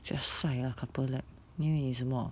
chiak sai lah Couplelab 你以为你什么